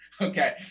Okay